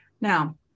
now